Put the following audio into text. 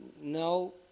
No